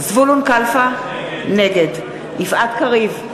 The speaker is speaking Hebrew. נגד יפעת קריב,